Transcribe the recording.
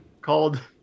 called